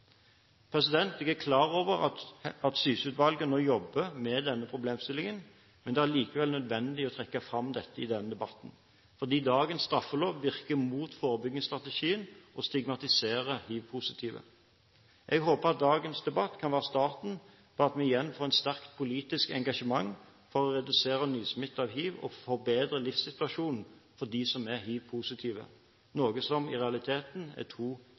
Jeg er klar over at Syse-utvalget nå jobber med denne problemstillingen, men det er likevel nødvendig å trekke fram dette i denne debatten, fordi dagens straffelov virker mot forebyggingsstrategien og stigmatiserer hivpositive. Jeg håper at dagens debatt kan være starten på at vi igjen får et sterkt politisk engasjement for å redusere nysmitte av hiv, og for å forbedre livssituasjonen for dem som er hivpositive – noe som i realiteten er to